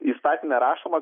įsakyme rašoma